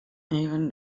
even